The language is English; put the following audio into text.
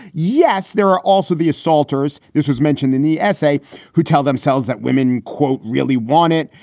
yes, there are also the assaulters. this was mentioned in the essay who tell themselves that women, quote, really want it,